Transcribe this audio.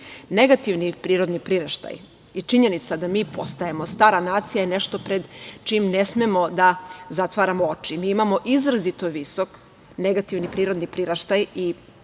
crno. Negativni prirodni priraštaj i činjenica da mi postajemo stara nacija je nešto pred čim ne smemo da zatvaramo oči. Mi imamo izrazito visok negativni prirodni priraštaj i što